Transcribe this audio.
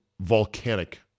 volcanic